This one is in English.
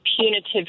punitive